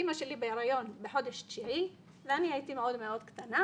אמא שלי בהיריון בחודש תשיעי ואני הייתי מאוד מאוד קטנה,